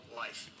life